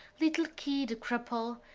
little keogh the cripple,